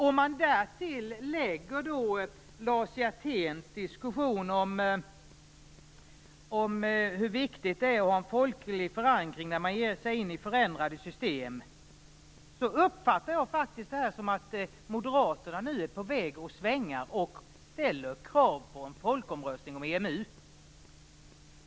Om man därtill lägger Lars Hjerténs diskussion om hur viktigt det är att ha en folklig förankring när man ger sig in i förändrade system, uppfattar jag faktiskt detta som att Moderaterna nu är på väg att svänga och ställer krav på en folkomröstning om EMU.